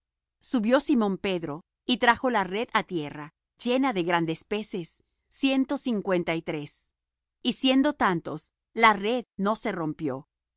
subió simón pedro y trajo la red á tierra llena de grandes peces ciento cincuenta y tres y siendo tantos la red no se rompió